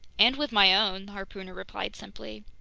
and with my own! the harpooner replied simply.